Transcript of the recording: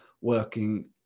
working